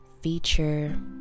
feature